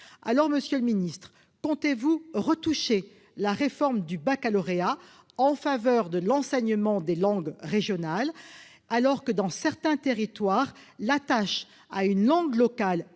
le secrétaire d'État, comptez-vous retoucher la réforme du baccalauréat en faveur de l'enseignement des langues régionales, alors que dans certains territoires l'attache à la langue locale